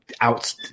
out